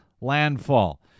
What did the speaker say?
landfall